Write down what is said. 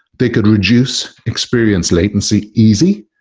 they could reduce experience latency easy,